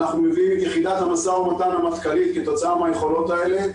אנחנו מביאים את יחידת המשא ומתן המטכ"לית כתוצאה מהיכולות האלה,